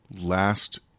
last